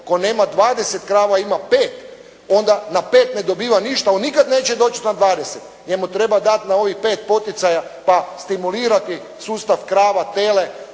tko nema 20 krava ima 5, onda na 5 ne dobiva ništa, on nikada neće doći na 20. Jer mu treba dati na ovih 5 poticaja, stimulirati sustav krava, tele,